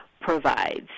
provides